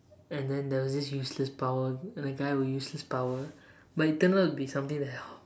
and then there was this useless power and a guy with useless power but it turned out to be something that